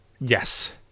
Yes